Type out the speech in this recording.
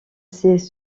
ses